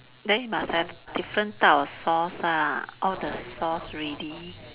then you must have different type of sauce ah all the sauce ready